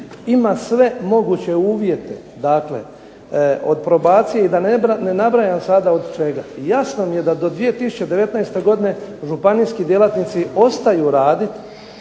ima sve moguće uvjete, dakle od probacije i da ne nabrajam sada od čega. Jasno mi je da do 2019. godine županijski djelatnici ostaju raditi